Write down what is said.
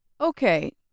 Okay